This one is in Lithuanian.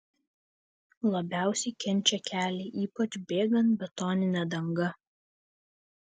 labiausiai kenčia keliai ypač bėgant betonine danga